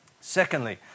Secondly